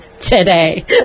today